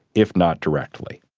if not directly.